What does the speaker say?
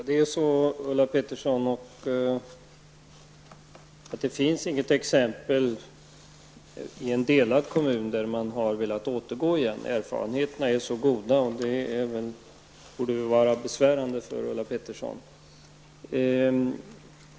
Herr talman! Det finns, Ulla Pettersson, inget exempel på en delad kommun där man har velat återgå. Erfarenheterna är så goda, och det borde väl vara besvärande för Ulla Pettersson.